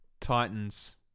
Titans